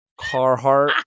Carhartt